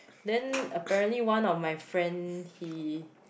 then apparently one of my friend he